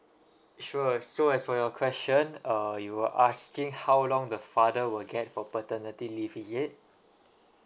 sure so as for your question uh you were asking how long the father will get for paternity leave is it